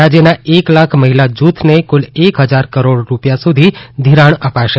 રાજયના એક લાખ મહિલા જુથને કુલ એક હજાર કરોડ સુધી ધિરાણ અપાશે